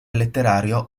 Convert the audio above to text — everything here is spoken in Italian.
letterario